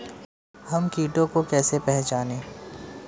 हम कीटों को कैसे पहचाने?